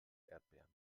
erdbeeren